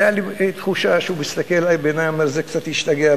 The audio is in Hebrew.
היתה לי תחושה שהוא מסתכל עלי בעיניים ואומר: זה קצת השתגע,